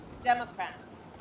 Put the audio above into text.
Democrats